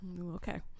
Okay